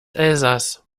elsaß